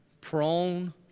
Prone